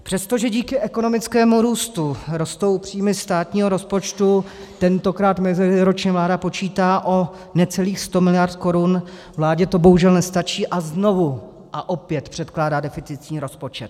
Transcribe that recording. Přestože díky ekonomickému růstu rostou příjmy státního rozpočtu, tentokrát meziročně vláda počítá o necelých 100 mld. korun, vládě to bohužel nestačí a znovu a opět předkládá deficitní rozpočet.